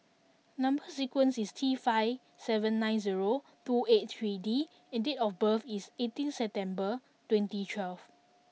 number sequence is T five seven nine zero two eight three D and date of birth is eighteen September twenty twelve